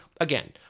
again